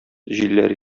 җилләр